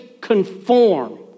conform